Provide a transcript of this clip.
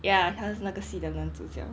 ya 他是那个戏的男主角